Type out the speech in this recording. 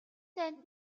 дайнд